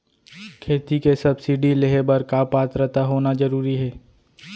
खेती के सब्सिडी लेहे बर का पात्रता होना जरूरी हे?